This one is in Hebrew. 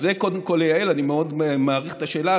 אז זה קודם כול ליעל, ואני מאוד מעריך את השאלה.